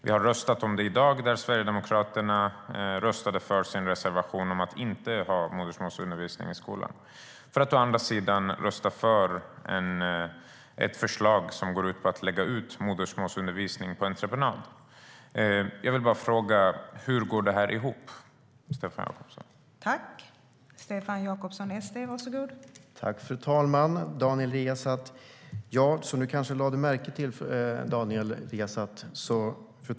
Vi har röstat om det i dag, och Sverigedemokraterna röstade för sin reservation om att inte ha modersmålsundervisning i skolan. Å andra sidan ska de rösta för ett förslag som går ut på att lägga ut modersmålsundervisning på entreprenad. Jag vill bara fråga hur det här går ihop, Stefan Jakobsson.